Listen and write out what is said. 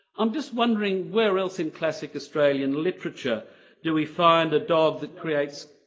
i'm just wondering where else in classic australian literature do we find a dog that creates.